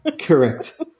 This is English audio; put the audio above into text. correct